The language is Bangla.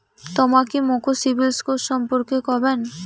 তমা কি মোক সিবিল স্কোর সম্পর্কে কবেন?